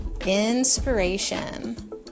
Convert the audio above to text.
Inspiration